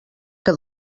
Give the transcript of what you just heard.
que